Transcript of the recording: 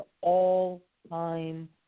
all-time